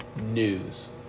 news